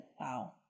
wow